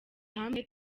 hamwe